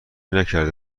نکرده